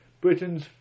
Britain's